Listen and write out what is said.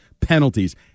Penalties